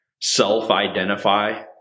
self-identify